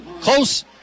Close